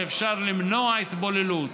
שאפשר למנוע התבוללות